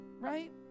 right